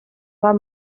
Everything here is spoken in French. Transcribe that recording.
pas